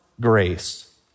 grace